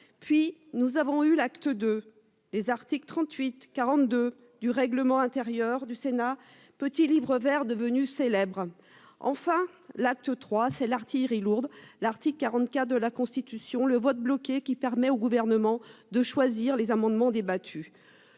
Puis nous avons eu l'acte II, les articles 38 42 du règlement intérieur du sénat petit livre Vert devenus célèbres. Enfin, l'acte 3 c'est l'artillerie lourde. L'article 44 de la Constitution, le vote bloqué qui permet au gouvernement de choisir les amendements débattus.